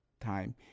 time